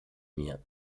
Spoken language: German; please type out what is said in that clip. mir